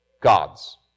gods